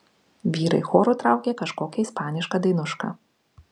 vyrai choru traukė kažkokią ispanišką dainušką